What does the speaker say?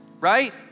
right